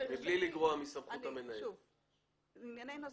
אלה ענייני נוסח.